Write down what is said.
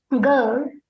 girl